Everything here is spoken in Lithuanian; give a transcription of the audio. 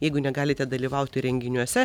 jeigu negalite dalyvauti renginiuose